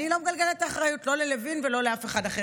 אני לא מגלגלת את האחריות לא ללוין ולא לאף אחד אחר.